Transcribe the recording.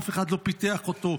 אף אחד לא פיתח אותו,